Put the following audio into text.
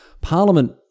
Parliament